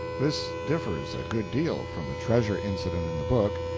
this differs a good deal from the treasure incident in the book,